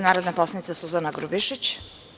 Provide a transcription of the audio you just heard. Narodna poslanica Suzana Grubješić.